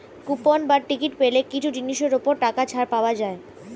coupon বা ticket পেলে কিছু জিনিসের ওপর টাকা ছাড় পাওয়া যায়